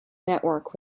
network